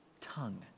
tongue